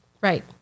Right